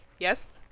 Yes